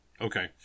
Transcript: Okay